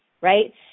right